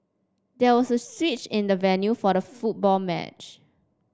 there was a switch in the venue for the football match